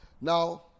Now